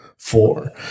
four